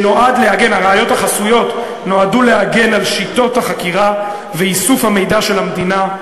הראיות החסויות נועדו להגן על שיטות החקירה ואיסוף המידע של המדינה,